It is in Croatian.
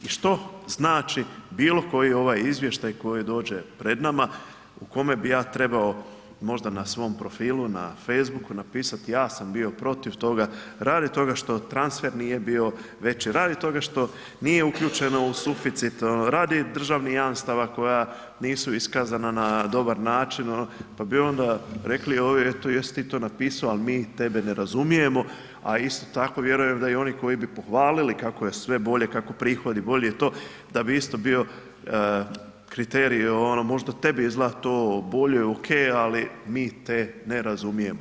I što znači bilo koji ovaj izvještaj koji dođe pred nama u kome bi ja trebao možda na svom profilu, na facebooku napisati ja sam bio protiv toga radi toga što transfer nije bio veći, radi toga što nije uključeno u suficit, radi državnih jamstava koja nisu iskazana na dobar način, pa bi onda rekli ovi, eto jesi ti to napiso, ali mi tebe ne razumijemo, a isto tako vjerujem da i oni koji bi pohvalili kako je sve bolje, kako prihodi bolji i to, da bi isto bio kriterij, evo možda tebi izgleda bolje, okej, ali mi te ne razumijemo.